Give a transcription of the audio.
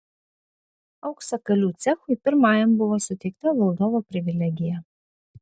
auksakalių cechui pirmajam buvo suteikta valdovo privilegija